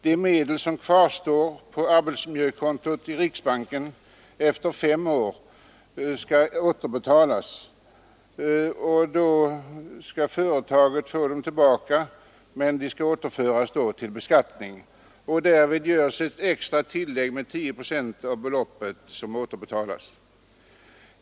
De medel som kvarstår på arbetsmiljökontot i riksbanken fem år efter inbetalningen återbetalas till företaget, men de beskattas då hos företaget. Därvid göres ett extra tillägg med 10 procent av det belopp som återbetalas.